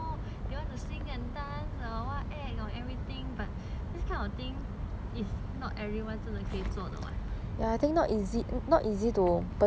act and everything but this kind of thing it's not everyone 真的可以做的 [what]